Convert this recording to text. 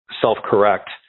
self-correct